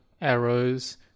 arrows